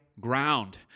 ground